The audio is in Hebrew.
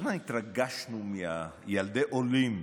כל הזמן התרגשנו, ילדי עולים.